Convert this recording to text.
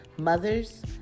mothers